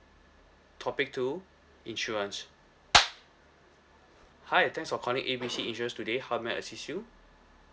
topic two insurance hi thanks for calling A B C insurance today how may I assist you